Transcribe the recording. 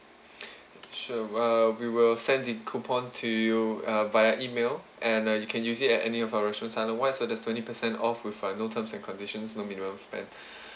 so uh we will send the coupon to you uh via email and uh you can use it at any of our restaurants island wide so there's twenty percent off with uh no terms and conditions no minimum spend